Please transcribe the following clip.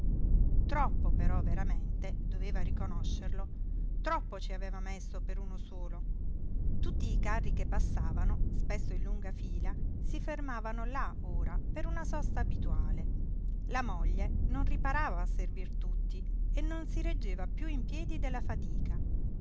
troppo però veramente doveva riconoscerlo troppo ci aveva messo per uno solo tutti i carri che passavano spesso in lunga fila si fermavano là ora per una sosta abituale la moglie non riparava a servir tutti e non si reggeva piú in piedi dalla fatica